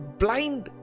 blind